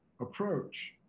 approach